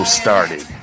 started